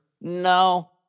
No